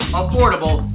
affordable